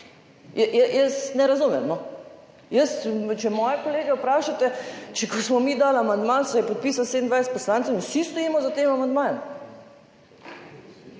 Jaz ne razumem. Če moje kolege vprašate, ko smo mi dali amandma, se je podpisalo 27 poslancev in vsi stojimo za tem amandmajem.